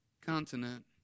continent